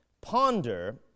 Ponder